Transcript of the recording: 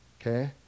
Okay